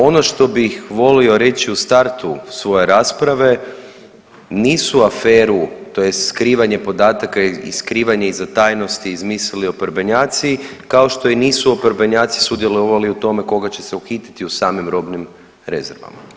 Ono što bih volio reći u startu svoje rasprave nisu aferu tj. skrivanje podataka i skrivanje iza tajnosti izmislili oporbenjaci kao što i nisu oporbenjaci sudjelovali u tome koga će se uhititi u samim robnim rezervama.